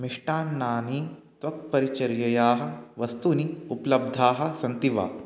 मिष्टान्नानि त्वक्परिचर्ययाः वस्तूनि उपलब्धाः सन्ति वा